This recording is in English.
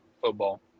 football